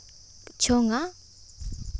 ᱪᱷᱚᱝᱼᱟ